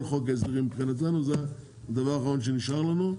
חוק ההסדרים מבחינתנו זה הדבר האחרון שנשאר לנו,